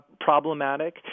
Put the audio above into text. problematic